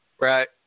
Right